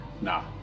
Nah